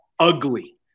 ugly